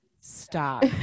stop